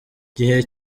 gihe